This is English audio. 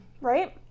Right